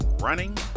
running